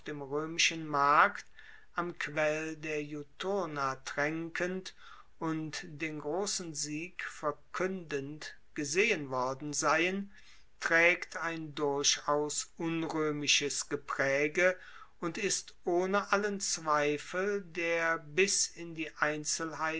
dem roemischen markt am quell der juturna traenkend und den grossen sieg verkuendend gesehen worden seien traegt ein durchaus unroemisches gepraege und ist ohne allen zweifel der bis in die